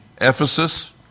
Ephesus